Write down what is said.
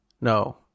No